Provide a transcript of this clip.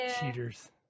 cheaters